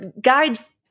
guides